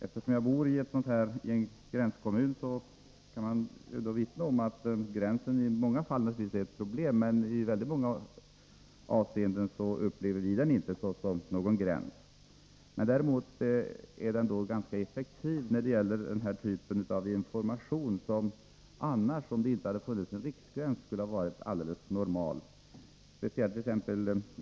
Eftersom jag bor i en gränskommun kan jag vittna om att gränsen i många fall naturligtvis är ett problem, men i många avseenden upplever vi inte att det finns någon gräns. Däremot är den ganska effektiv när det gäller denna typ av information, som, om det inte hade funnits en riksgräns, skulle ha varit helt normal. Det kan gällat.ex.